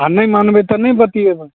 आ नहि मानबै तऽ नहि बतिएब